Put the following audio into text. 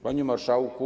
Panie Marszałku!